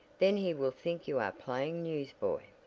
then he will think you are playing newsboy.